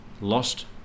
Lost